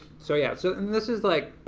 so yeah, so and this is like,